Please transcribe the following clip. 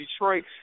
Detroit